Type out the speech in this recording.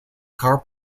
car